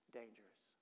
dangerous